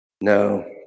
No